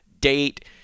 date